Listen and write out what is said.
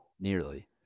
Nearly